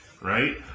right